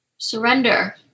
Surrender